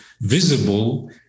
visible